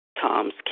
Tom's